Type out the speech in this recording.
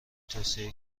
توصیه